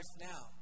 now